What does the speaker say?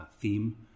theme